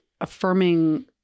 affirming